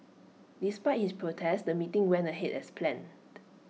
despite his protest the meeting went ahead as planned